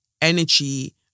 energy